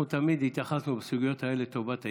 אנחנו תמיד התייחסנו בסוגיות האלה לטובת הילד,